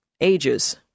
ages